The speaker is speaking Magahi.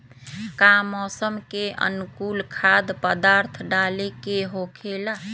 का मौसम के अनुकूल खाद्य पदार्थ डाले के होखेला?